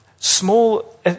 small